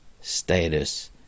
status